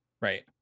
Right